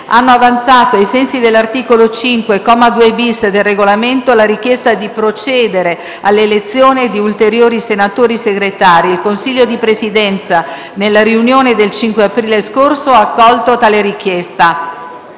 hanno avanzato, ai sensi dell’articolo 5, comma 2-bis, del Regolamento, la richiesta di procedere all’elezione di ulteriori senatori Segretari. Il Consiglio di Presidenza, nella riunione del 5 aprile scorso, ha accolto tale richiesta.